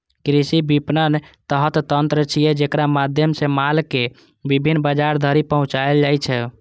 कृषि विपणन एहन तंत्र छियै, जेकरा माध्यम सं माल कें विभिन्न बाजार धरि पहुंचाएल जाइ छै